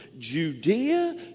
Judea